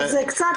אז זה קצת.